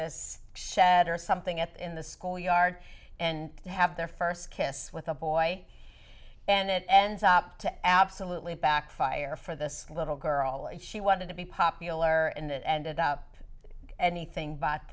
this shed or something at in the schoolyard and have their first kiss with a boy and it ends up to absolutely back fire for this little girl she wanted to be popular and it ended up anything but